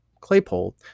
Claypole